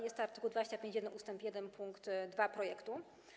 Jest to art. 25 ust. 1 pkt 2 projektu.